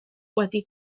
wedi